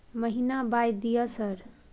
महीना बाय दिय सर?